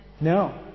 No